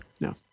No